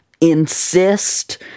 insist